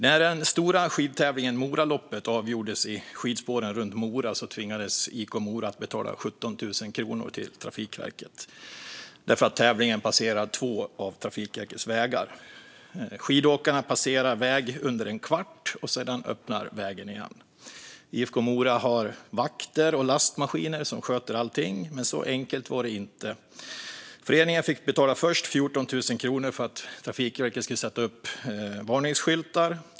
När den stora skidtävlingen Moraloppet avgjordes i skidspåren runt Mora tvingades IFK Mora att betala 17 000 kronor till Trafikverket för att tävlingen passerar två av Trafikverkets vägar. Skidåkarna passerar vägen under en kvart, och sedan öppnar vägen igen. IFK Mora har vakter och lastmaskiner som sköter allting, men så enkelt var det inte. Föreningen fick först betala 14 000 kronor för att Trafikverket skulle sätta upp varningsskyltar.